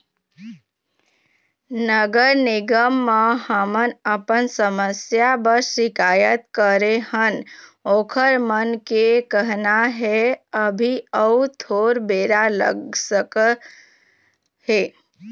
नगर निगम म हमन अपन समस्या बर सिकायत करे हन ओखर मन के कहना हे अभी अउ थोर बेरा लग सकत हे